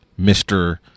Mr